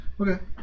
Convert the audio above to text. Okay